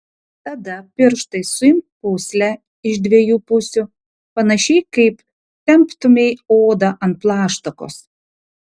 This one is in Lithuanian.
tada pirštais suimk pūslę iš dviejų pusių panašiai kaip temptumei odą ant plaštakos